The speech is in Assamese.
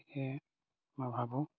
গতিকে মই ভাবোঁ